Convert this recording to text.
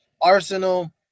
Arsenal